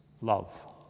Love